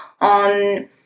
on